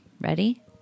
ready